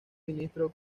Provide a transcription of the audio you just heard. ministro